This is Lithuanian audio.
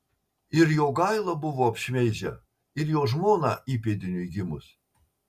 ir jogailą buvo apšmeižę ir jo žmoną įpėdiniui gimus